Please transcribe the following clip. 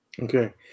Okay